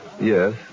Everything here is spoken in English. Yes